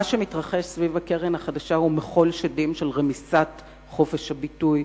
מה שמתרחש סביב הקרן החדשה הוא מחול שדים של רמיסת חופש הביטוי,